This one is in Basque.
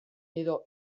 edo